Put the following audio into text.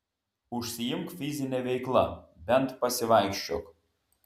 užsiimk fizine veikla bent pasivaikščiok